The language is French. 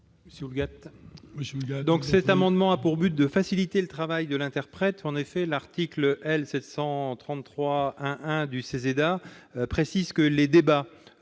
Houllegatte. Cet amendement a pour objet de faciliter le travail de l'interprète. En effet l'article L. 733-1-1 du CESEDA précise que les débats